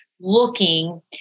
looking